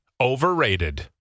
overrated